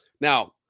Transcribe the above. now